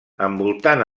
envoltant